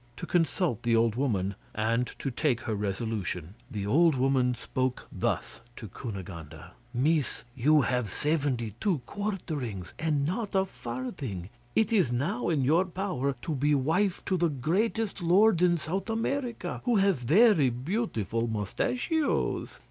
to consult the old woman, and to take her resolution. the old woman spoke thus to cunegonde and miss, you have seventy-two quarterings, and not a farthing it is now in your power to be wife to the greatest lord in south america, who has very beautiful moustachios.